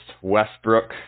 Westbrook